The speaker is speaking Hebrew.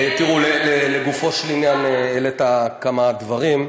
סוכרת, תראו, לגופו של עניין, העלית כמה דברים.